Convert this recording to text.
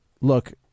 look